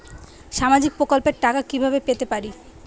সামাজিক প্রকল্পের টাকা কিভাবে পেতে পারি?